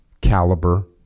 caliber